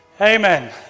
Amen